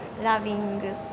loving